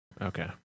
Okay